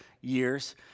years